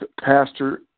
Pastor